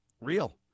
real